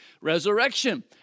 resurrection